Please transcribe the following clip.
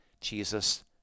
Jesus